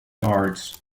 arts